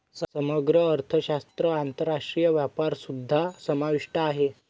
समग्र अर्थशास्त्रात आंतरराष्ट्रीय व्यापारसुद्धा समाविष्ट आहे